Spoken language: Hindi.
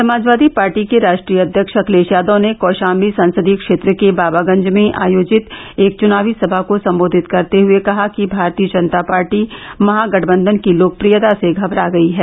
समाजवादी पार्टी के राश्ट्रीय अध्यक्ष अखिलेष यादव ने कौषाम्बी संसदीय क्षेत्र के बाबागंज में आयोजित एक चुनावी सभा को सम्बोधित करते हये कहा कि भारतीय जनता पार्टी महागठबंधन की लोकप्रियता से घबरा गयी है